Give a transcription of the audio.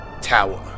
tower